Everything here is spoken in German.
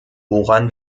woran